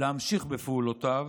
להמשיך בפעולותיו